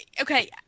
Okay